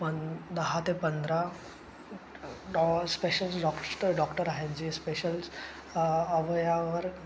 पं दहा ते पंधरा डॉ स्पेशल डॉक्स्ट डॉक्टर आहेत जे स्पेशल्स अवयवांवर